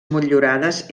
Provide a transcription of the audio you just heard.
motllurades